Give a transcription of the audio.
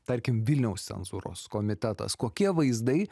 tarkim vilniaus cenzūros komitetas kokie vaizdai